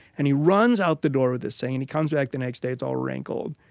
and he runs out the door with this thing and he comes back the next day, it's all wrinkled.